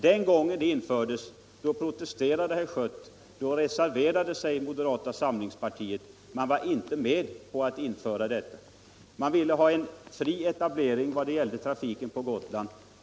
Den gången protesterade herr Schött. Då reserverade sig moderata samlingspartiets företrädare. Man var inte med på detta. Man ville ha fri etablering i vad gällde trafiken på Gotland.